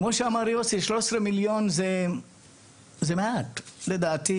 כמו שאמר יוסי, 13 מיליון זה מעט גם לדעתי.